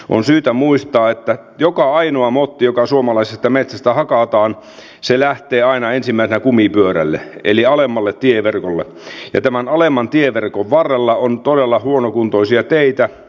on syytä muistaa että joka ainoa motti joka suomalaisesta metsästä hakataan lähtee aina ensimmäisenä kumipyörälle eli alemmalle tieverkolle ja tämän alemman tieverkon varrella on todella huonokuntoisia teitä